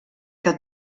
que